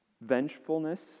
vengefulness